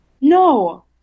No